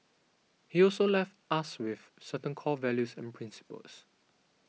he also left us with certain core values and principles